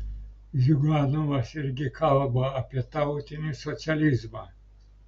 ziuganovas irgi kalba apie tautinį socializmą